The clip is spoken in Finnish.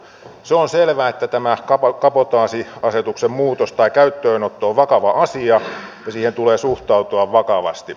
se on selvä että tämä kabotaasiasetuksen muutos tai käyttöönotto on vakava asia ja siihen tulee suhtautua vakavasti